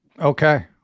okay